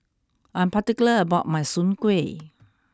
I'm particular about my Soon Kway